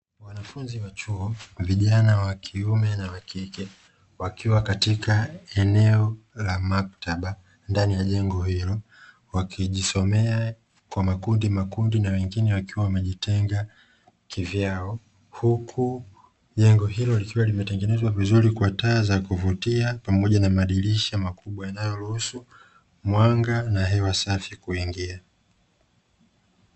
Wanafunzi wa chuo, vijana wa kiume na wa kike wakiwa katika eneo la maktaba ndani ya jengo hilo wakijisomea kwa makundimakundi na wengine wakiwa wamejitenga kivyao, huku jengo hilo likiwa limetengenezwa vizuri kwa taa za kuvutia pamoja na madirisha makubwa yanayoruhusu mwanga na hewa safi kuingia.